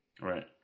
Right